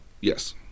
Yes